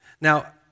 Now